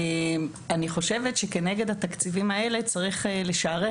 אני חושבת שכנגד התקציבים האלה צריך לשערך